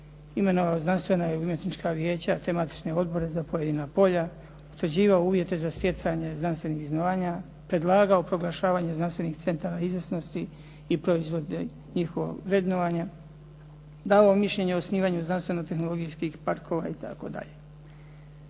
imenovao znanstvena i umjetnička vijeća te matične odbore za pojedina polja, utvrđivao uvjete za stjecanje znanstvenih zvanja, predlagao proglašavanje znanstvenih centara izvrsnosti i njihova vrednovanja, davao mišljenje o osnivanju znanstveno-tehnologijskih parkova itd.